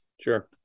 Sure